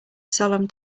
solemn